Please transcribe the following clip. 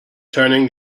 turning